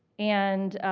and